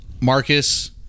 Marcus